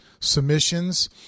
submissions